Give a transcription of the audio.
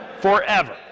forever